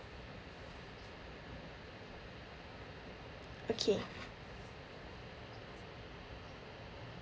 okay